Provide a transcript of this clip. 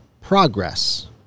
progress